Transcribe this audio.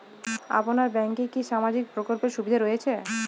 আপনার ব্যাংকে কি সামাজিক প্রকল্পের সুবিধা রয়েছে?